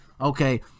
okay